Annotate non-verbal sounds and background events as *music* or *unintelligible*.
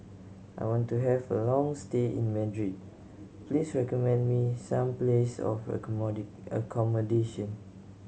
I want to have a long stay in Madrid please recommend me some places for *unintelligible* accommodation